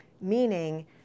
Meaning